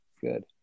good